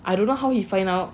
I don't know how he find out